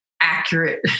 accurate